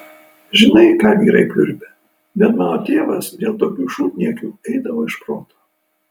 žinai ką vyrai pliurpia bet mano tėvas dėl tokių šūdniekių eidavo iš proto